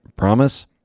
promise